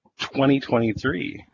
2023